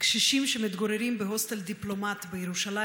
קשישים שמתגוררים בהוסטל דיפלומט בירושלים